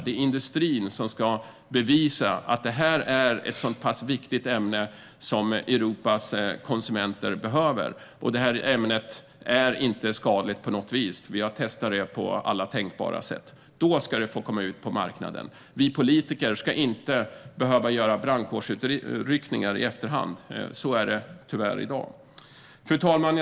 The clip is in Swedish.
Det är industrin som ska bevisa att det är ett viktigt ämne som Europas konsumenter behöver, att det inte är skadligt på något vis och att det har testats på alla tänkbara sätt. Då ska det få komma ut på marknaden. Vi politiker ska inte behöva göra brandkårsutryckningar i efterhand, så som det tyvärr är i dag. Fru talman!